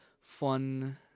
fun